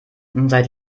seid